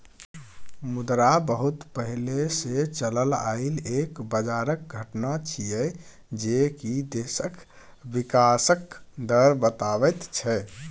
मुद्रा बहुत पहले से चलल आइल एक बजारक घटना छिएय जे की देशक विकासक दर बताबैत छै